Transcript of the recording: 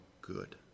good